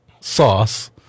sauce